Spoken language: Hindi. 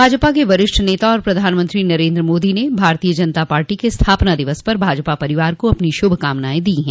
भाजपा के वरिष्ठ नेता तथा प्रधानमंत्री नरेन्द्र मोदी ने भारतीय जनता पार्टी के स्थापना दिवस पर भाजपा परिवार को अपनी शुभकामनाएं दी हैं